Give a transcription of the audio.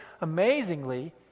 amazingly